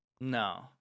No